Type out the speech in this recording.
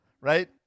Right